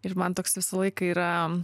ir man toks visą laiką yra